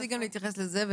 תנסי גם להתייחס לזה,